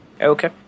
Okay